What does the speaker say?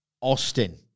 Austin